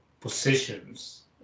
positions